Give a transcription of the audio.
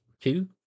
two